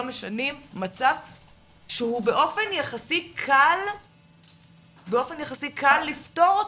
משנים מצב שבאופן יחסי קל לפתור אותו,